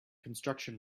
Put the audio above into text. construction